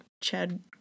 Chad